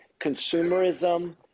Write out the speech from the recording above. Consumerism